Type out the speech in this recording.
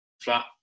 flat